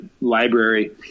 library